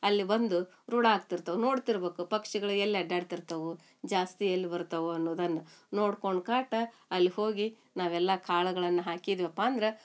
ಅಲ್ಲಿ ಬಂದು ರೂಡಾಗ್ತಿರ್ತವ ನೋಡ್ತಿರ್ಬೆಕು ಪಕ್ಷಿಗಳು ಎಲ್ಲಿ ಅಡ್ಯಾಡ್ತಿರ್ತವು ಜಾಸ್ತಿ ಎಲ್ಲಿ ಬರ್ತವು ಅನ್ನೋದನ್ನು ನೋಡ್ಕೊಂಡು ಕಾಟ ಅಲ್ಲಿ ಹೋಗಿ ನಾವೆಲ್ಲಾ ಕಾಳುಗಳನ್ನು ಹಾಕಿದ್ವಪ್ಪಾಂದ್ರೆ